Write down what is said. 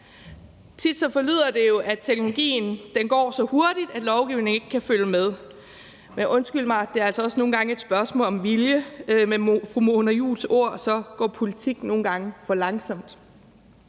Tit forlyder det jo, at det går så hurtigt med teknologien, at lovgivningen ikke kan følge med, men undskyld mig, det er altså nogle gange også et spørgsmål om vilje, og med fru Mona Juuls ord går politik nogle gange for langsomt.